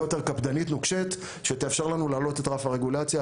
יותר קפדנית ונוקשת שתאפשר לנו להעלות את רף הרגולציה,